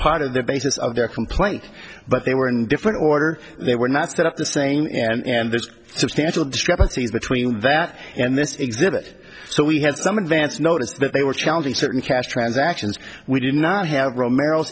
part of the basis of their complaint but they were in different order they were not set up the same and there's substantial discrepancies between that and this exhibit so we had some advance notice that they were challenging certain cash transactions we did not have romero